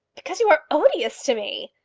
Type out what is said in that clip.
because you are odious to me!